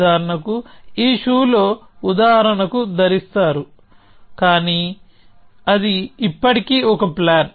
ఉదాహరణకు ఈ షూలో ఉదాహరణకు ధరిస్తారు కానీ అది ఇప్పటికీ ఒక ప్లాన్